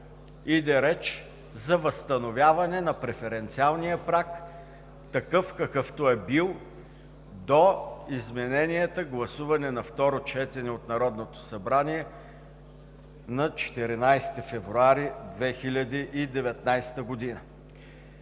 иде реч за възстановяване на преференциалния праг – такъв, какъвто е бил до измененията, гласувани на второ четене от Народното събрание на 14 февруари 2019 г.